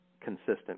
consistent